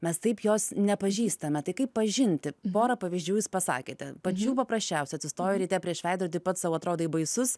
mes taip jos nepažįstame tai kaip pažinti porą pavyzdžių jūs pasakėte pačių paprasčiausių atsistoju ryte prieš veidrodį ir pats sau atrodai baisus